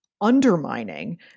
undermining